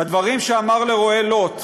בדברים שאמר לרועי לוט: